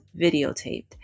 videotaped